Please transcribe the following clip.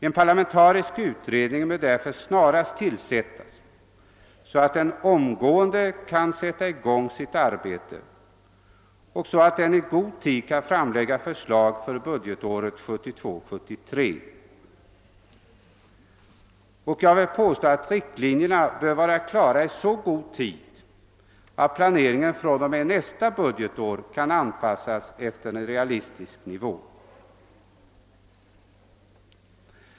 En parlamentarisk utredning bör därför snarast tillsättas så att den omgående kan sätta i gång sitt arbete och så att den i god tid kan framlägga förslag för budgetåret 1972/73. Riktlinjerna bör vara klara i så god tid, att planeringen redan fr.o.m. nästa budgetår kan anpassas efter en realistisk nivå.